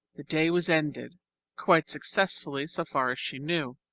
the day was ended quite successfully, so far as she knew.